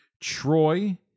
Troy